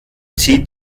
zieh